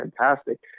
fantastic